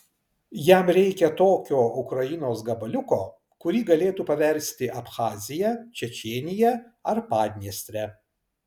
jam reikia tokio ukrainos gabaliuko kurį galėtų paversti abchazija čečėnija ar padniestre